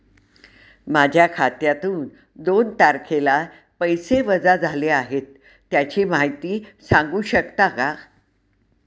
माझ्या खात्यातून दोन तारखेला पैसे वजा झाले आहेत त्याची माहिती सांगू शकता का?